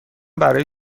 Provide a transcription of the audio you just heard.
برای